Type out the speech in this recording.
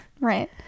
Right